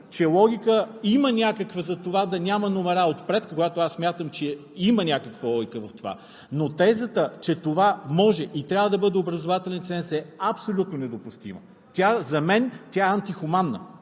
че има някаква логика да няма номера отпред, когато аз смятам, че има някаква логика в това, но тезата, че може и трябва да бъде образователен ценз, е абсолютно недопустима. Тя за мен е антихуманна.